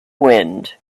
wind